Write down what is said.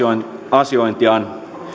asiointiaan